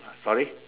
sorry